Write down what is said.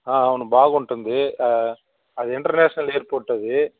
అవును బాగుంటుంది అది ఇంటర్నేషనల్ ఎయిర్పోర్ట్ అది